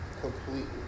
completely